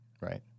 right